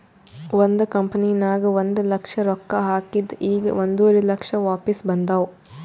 ಒಂದ್ ಕಂಪನಿನಾಗ್ ಒಂದ್ ಲಕ್ಷ ರೊಕ್ಕಾ ಹಾಕಿದ್ ಈಗ್ ಒಂದುವರಿ ಲಕ್ಷ ವಾಪಿಸ್ ಬಂದಾವ್